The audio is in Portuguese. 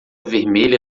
vermelha